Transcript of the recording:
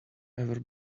ever